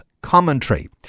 commentary